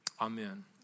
Amen